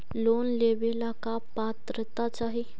Loan लेवेला का पात्रता चाही?